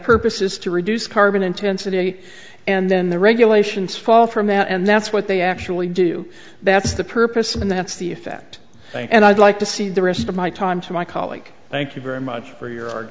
purpose is to reduce carbon intensity and then the regulations fall from that and that's what they actually do that's the purpose and that's the effect and i'd like to see the rest of my time to my colleague thank you very much for your